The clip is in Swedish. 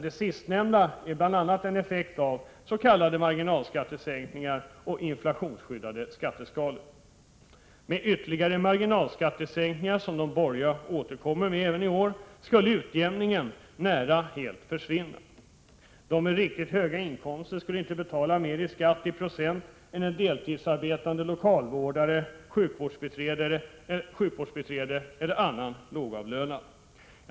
Det sistnämnda är bl.a. en effekt av s.k. marginalskattesänkningar och inflationsskyddade skatteskalor. Med ytterligare marginalskattesänkningar, som de borgerliga återkommer med förslag om även i år, skulle utjämningen nästan helt försvinna. De med riktigt höga inkomster skulle inte betala mer i skatt i procent räknat än en deltidsarbetande lokalvårdare, ett deltidsarbetande sjukvårdsbiträde eller annan lågavlönad.